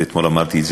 ואתמול אמרתי את זה,